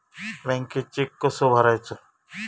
बँकेत चेक कसो भरायचो?